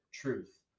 truth